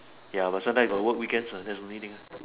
ya but some time gotta work weekends that's the only thing